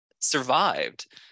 survived